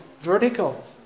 vertical